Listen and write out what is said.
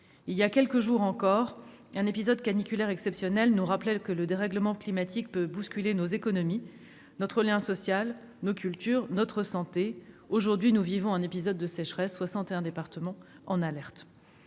Voilà quelques jours encore, un épisode caniculaire exceptionnel nous rappelait que le dérèglement climatique peut bousculer nos économies, notre lien social, nos cultures, notre santé. Aujourd'hui, nous vivons un épisode de sécheresse ; soixante et